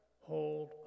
hold